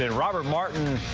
and robert martin.